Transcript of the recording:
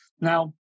Now